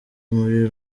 muri